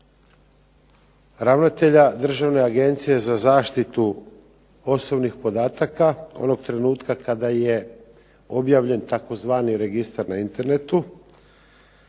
ravnatelja Državne agencije za zaštitu osobnih podataka onog trenutka kada je objavljen tzv. registar na internetu